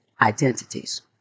identities